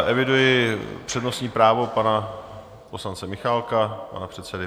Eviduji přednostní právo pana poslance Michálka, pana předsedy.